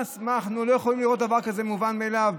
אנחנו לא יכולים לראות דבר כזה כמובן מאליו,